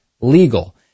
legal